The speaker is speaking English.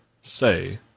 say